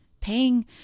Paying